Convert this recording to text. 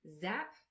ZAP